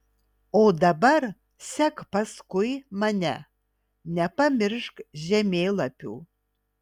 o dabar sek paskui mane nepamiršk žemėlapių